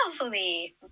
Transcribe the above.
lovely